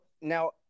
now